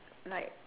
like